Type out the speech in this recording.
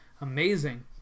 amazing